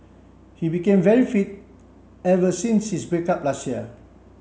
he became very fit ever since his break up last year